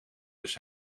dus